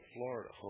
Florida